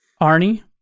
Arnie